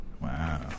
Wow